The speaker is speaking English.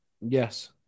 Yes